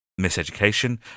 Miseducation